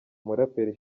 umuraperi